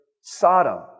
Sodom